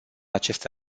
aceste